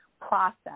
process